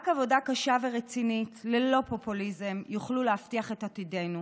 רק עבודה קשה ורצינית ללא פופוליזם תוכל להבטיח את עתידנו,